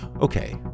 Okay